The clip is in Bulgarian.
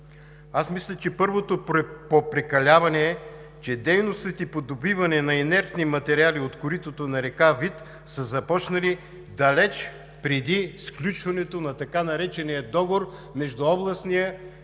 Аз мисля, че първото „попрекаляване“ е, че дейностите по добиване на инертни материали от коритото на река Вит са започнали далеч преди сключването на така наречения договор между областния